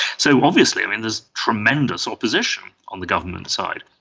so obviously um and there is tremendous opposition on the government side.